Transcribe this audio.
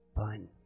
Fun